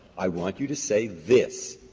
i want you to say this.